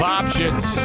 options